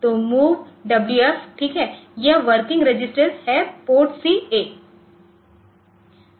तो MOVWF ठीक है यह वर्किंग रजिस्टर है PORTC a